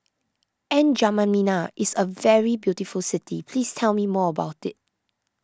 N'Djamena is a very beautiful city please tell me more about it